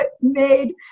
made